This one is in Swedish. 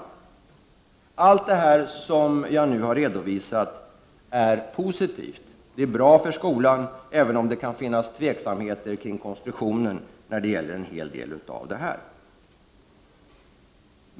Allt det som jag nu har redovisat är positivt. Det är bra för skolan, även om det kan finnas tveksamheter i fråga om konstruktionen i en hel del fall.